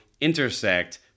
intersect